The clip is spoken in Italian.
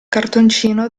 cartoncino